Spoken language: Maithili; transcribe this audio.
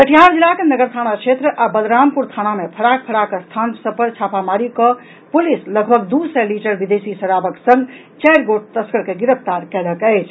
कटिहार जिलाक नगर थाना क्षेत्र आ बलरामपुर थाना मे फराक फराक स्थान सभ पर छापामारी कऽ पुलिस लगभग दू सय लीटर विदेशी शराबक संग चारि गोट तस्कर के गिरफ्तार कयलक अछि